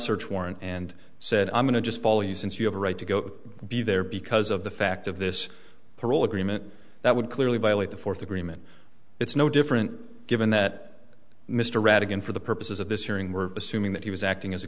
search warrant and said i'm going to just follow you since you have a right to go be there because of the fact of this parole agreement that would clearly violate the fourth agreement it's no different given that mr rattigan for the purposes of this hearing we're assuming that he was acting as a